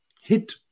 hit